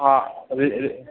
हा रि रि